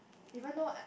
even though I